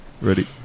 Ready